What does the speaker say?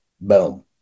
Boom